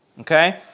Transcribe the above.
Okay